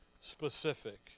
specific